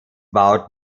bout